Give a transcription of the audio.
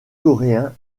coréens